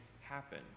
happen